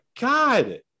God